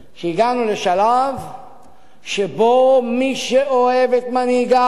שהגענו לשלב שבו מי שאוהב את מנהיגיו,